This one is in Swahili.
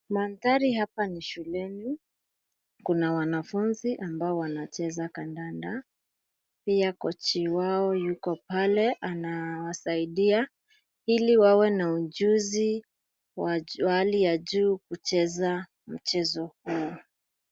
Mandhari hapa ni shuleni, kuna wanafunzi ambao wanacheza kandanda. Pia kochi wao yuko pale anawasaidia ili wawe na ujuzi wa hali ya juu kucheza mchezo huo.